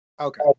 Okay